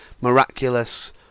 miraculous